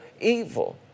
evil